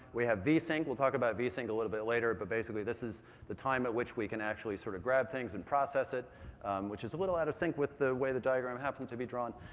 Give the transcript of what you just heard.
we have vsync, we'll talk about vsync a little bit later, but basically this is the time at which we can actually sort of grab things and process it which is a little out of sync with the way the diagram happens to be drawn.